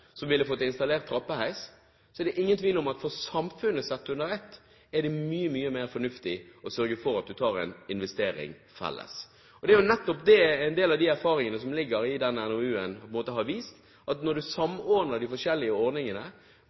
som bor der, som ville fått installert trappeheis, er det ingen tvil om at for samfunnet sett under ett, er det mye, mye mer fornuftig å sørge for at du tar en investering felles. En del av de erfaringene som ligger i denne NOU-en, viser at når du samordner de forskjellige ordningene,